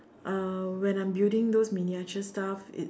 uh when I'm building those miniature stuff it's